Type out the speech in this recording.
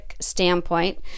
standpoint